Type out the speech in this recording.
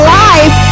life